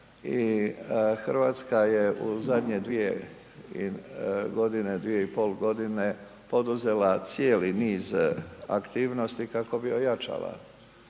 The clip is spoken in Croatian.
i Hrvatska je u zadnje dvije i pol godine poduzela cijeli niz aktivnosti kako bi ojačala